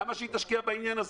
למה שהיא תשקיע בעניין הזה?